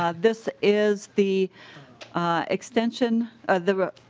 ah this is the extension of the